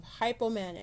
hypomanic